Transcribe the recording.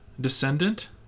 Descendant